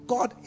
God